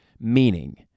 Meaning